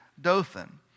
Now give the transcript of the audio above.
Dothan